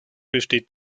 besteht